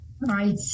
right